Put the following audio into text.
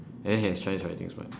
and then has chinese writings what